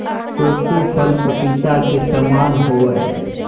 cocoa फल पपीता के समान होबय हइ